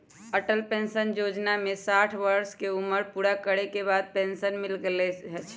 Atal pension जोजना में साठ वर्ष के उमर पूरा करे के बाद पेन्सन मिले लगैए छइ